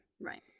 Right